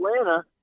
atlanta